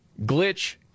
glitch